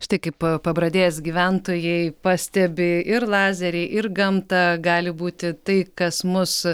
štai kaip pabradės gyventojai pastebi ir lazeriai ir gamta gali būti tai kas mus